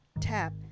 tap